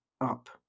up